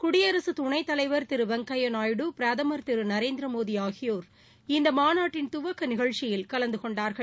குடியரசுத் துணைத் தலைவர் திரு வெங்கையா நாயுடு பிரதமர் திரு நரேந்திர மோடி ஆகியோர் இந்த மாநாட்டின் துவக்க நிகழ்ச்சியில் கலந்து கொண்டார்கள்